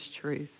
truth